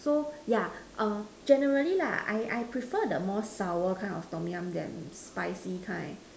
so yeah err generally lah I I prefer the more sour kind of Tom Yum than spicy kind